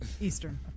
Eastern